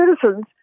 citizens